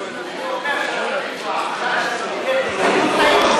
שאתה תקבע,